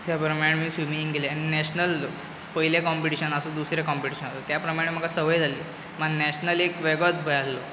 त्या प्रमाणे आमी स्विमींग केली आनी नॅशनल पयलें कॉँपिटीशन आसूं दुसरें काॅपिटीशन आसूं त्या प्रमाणें म्हाका संवय जाली मागीर नॅशनल एक वेगळोच भंय आहलो